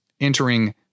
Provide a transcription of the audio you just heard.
entering